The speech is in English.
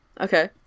Okay